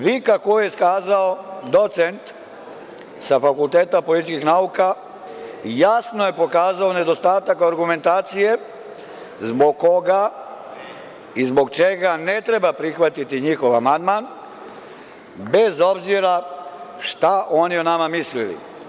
Vika koju je iskazao docent sa Fakulteta političkih nauka jasno je pokazao nedostatak argumentacije zbog koga i zbog čega ne treba prihvatiti njihov amandman, bez obzira šta oni o nama mislili.